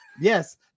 Yes